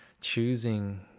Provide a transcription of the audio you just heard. choosing